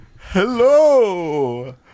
Hello